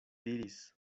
diris